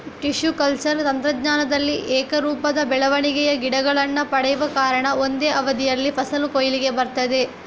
tissue culture ತಂತ್ರಜ್ಞಾನದಲ್ಲಿ ಏಕರೂಪದ ಬೆಳವಣಿಗೆಯ ಗಿಡಗಳನ್ನ ಪಡೆವ ಕಾರಣ ಒಂದೇ ಅವಧಿಯಲ್ಲಿ ಫಸಲು ಕೊಯ್ಲಿಗೆ ಬರ್ತದೆ